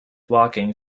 walking